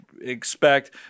expect